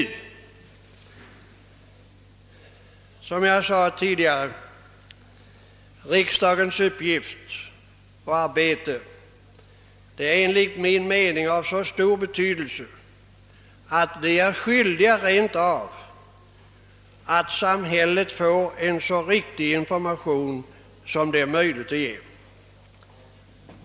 Som jag tidigare sade är riksdagens arbete och uppgift enligt min mening av så stor betydelse, att vi rent av är skyldiga att ge samhället en så riktig information som möjligt.